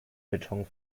beton